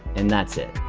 and that's it